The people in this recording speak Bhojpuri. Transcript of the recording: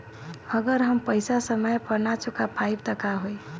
अगर हम पेईसा समय पर ना चुका पाईब त का होई?